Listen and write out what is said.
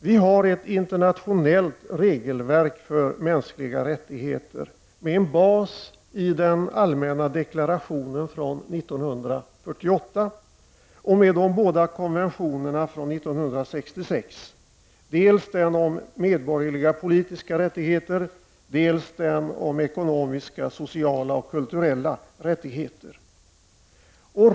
Vi har ett internationellt regelverk för mänskliga rättigheter med en bas i den allmänna deklarationen från 1948 och med de båda konventionerna från 1966, dels den om medborgerliga och politiska rättigheter, dels den om ekonomiska, sociala och kulturella rättigheter.